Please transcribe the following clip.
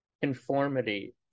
conformity